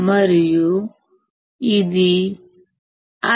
మరియు ఇది Io